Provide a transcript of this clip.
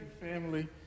family